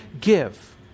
give